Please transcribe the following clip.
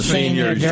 Senior